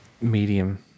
medium